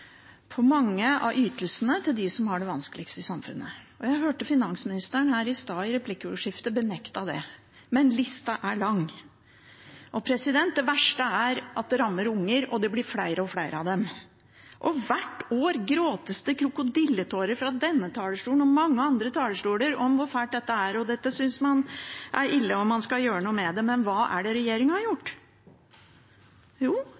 på mange av ytelsene til dem som har det vanskeligst i samfunnet. Jeg hørte finansministeren her i stad, i replikkordskiftet, benekte det. Men lista er lang. Det verste er at det rammer unger, og det blir flere og flere av dem. Hvert år gråtes det krokodilletårer fra denne talerstolen og mange andre talerstoler om hvor fælt dette er: Dette synes man er ille, og man skal gjøre noe med det. Men hva er det regjeringen har gjort? Jo,